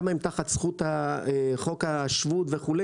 כמה הם תחת זכות חוק השבות וכו',